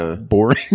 boring